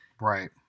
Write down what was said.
Right